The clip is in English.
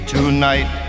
Tonight